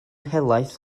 helaeth